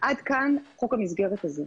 עד כאן חוק המסגרת הזה.